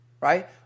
Right